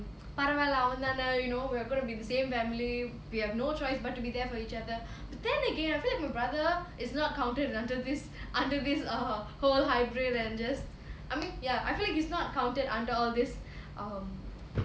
பரவா இல்ல அவன்தான:paravaa illa avandhaana you know we're gonna be the same family we have no choice but to be there for each other but then again I feel like your brother is not counted until this under this err whole hybrid and just I mean ya I feel like he's not counted under all this um